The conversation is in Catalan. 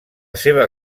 seva